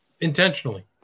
Intentionally